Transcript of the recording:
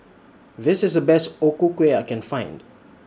This IS The Best O Ku Kueh I Can Find